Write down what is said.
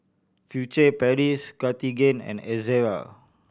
Furtere Paris Cartigain and Ezerra